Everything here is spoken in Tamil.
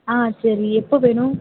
சரி எப்போ வேணும்